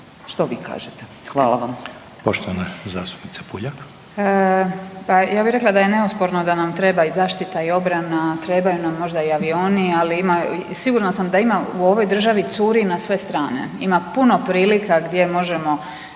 Puljak. **Puljak, Marijana (Centar)** Pa ja bih rekla da je neosporno da nam treba i zaštita i obrana, trebaju nam, možda i avioni, ali ima, sigurna sam da ima, u ovoj državi curi na sve strane. Ima puno prilika gdje možemo